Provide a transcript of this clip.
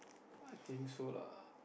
I think so lah